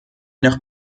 nach